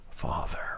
Father